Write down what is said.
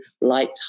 light